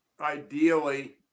ideally